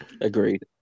Agreed